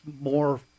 more